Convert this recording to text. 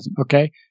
okay